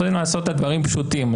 רוצים לעשות את הדברים פשוטים.